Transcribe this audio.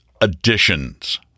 additions